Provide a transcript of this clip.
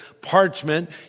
parchment